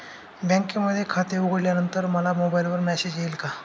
बँकेमध्ये खाते उघडल्यानंतर मला मोबाईलवर मेसेज येईल का?